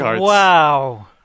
Wow